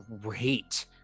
great